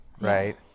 right